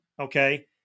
okay